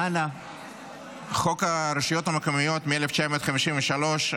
חוק הרשויות המקומיות מ-1953,